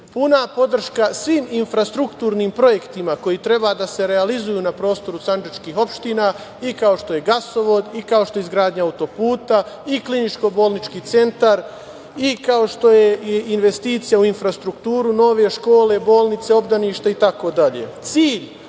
puna podrška svim infrastrukturnim projektima koji treba da se realizuju na prostoru sandžačkih opština, kao što je gasovod, kao što je izgradnja auto-puta, kliničko-bolnički centar i kao što je investicija u infrastrukturu, nove škole, bolnice, obdaništa itd. Cilj